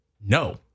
No